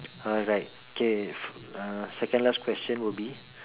alright K second last question will be